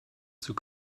zur